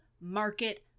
market